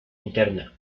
interna